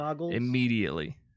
immediately